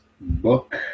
book